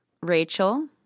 Rachel